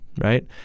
right